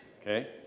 okay